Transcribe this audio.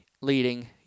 leading